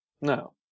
No